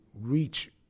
reach